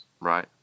Right